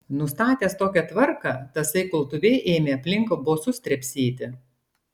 nustatęs tokią tvarką tasai kultuvė ėmė aplink bosus trepsėti